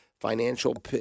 financial